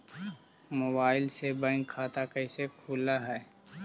Mobile से bank खाता कैसे खुल है?